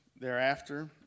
thereafter